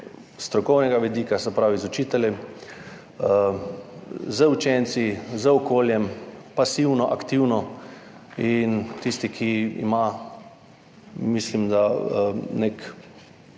strokovnega vidika, se pravi z učiteljem, z učenci, z okoljem, pasivno, aktivno. Za tistega, ki ima nek